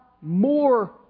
more